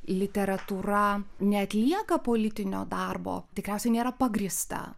literatūra neatlieka politinio darbo tikriausiai nėra pagrįsta